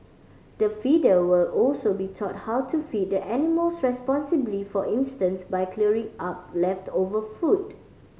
the feeder will also be taught how to feed the animals responsibly for instance by clearing up leftover food